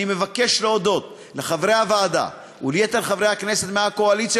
אני מבקש להודות לחברי הוועדה וליתר חברי הכנסת מהקואליציה